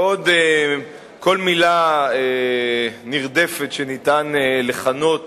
ועוד כל מלה נרדפת שניתן לכנות